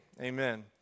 Amen